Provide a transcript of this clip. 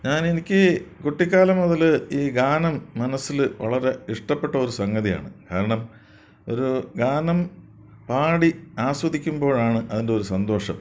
ഞാൻ എനിക്ക് കുട്ടിക്കാലം മുതൽ ഈ ഗാനം മനസ്സിൽ വളരെ ഇഷ്ടപ്പെട്ട ഒരു സംഗതിയാണ് കാരണം ഒരു ഗാനം പാടി ആസ്വദിക്കുമ്പോഴാണ് അതിൻ്റെയൊരു സന്തോഷം